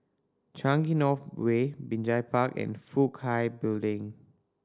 Changi North Way Binjai Park and Fook Kai Building